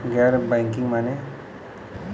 गैर बैंकिंग माने?